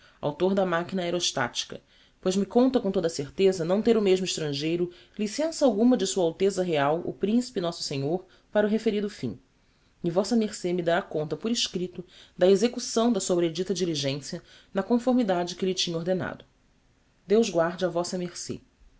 author da maquina aereostatica pois me consta com toda a certeza não ter o mesmo estrangeiro licença alguma de sua alteza real o principe nosso senhor para o referido fim e vm ce me dará conta por escripto da execução da sobredita diligencia na conformidade que lhe tinha ordenado deus guarde a